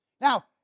Now